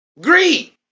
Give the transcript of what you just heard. Greed